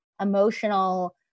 emotional